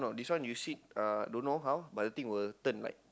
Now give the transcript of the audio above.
this one you sit uh don't know how but the thing will turn like